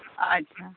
ᱟᱪᱪᱷᱟ